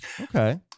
okay